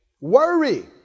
Worry